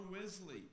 Wesley